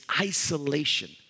isolation